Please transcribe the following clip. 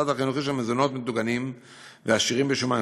החינוכי של מזונות מטוגנים ועשירים בשומן,